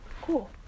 cool